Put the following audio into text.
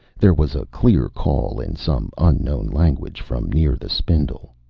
there was a clear call in some unknown language from near the spindle.